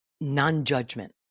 non-judgment